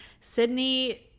Sydney